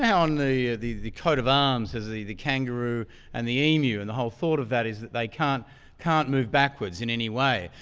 how and in the the coat of arms has the the kangaroo and the emu. and the whole thought of that is that they can't can't move backwards in any way.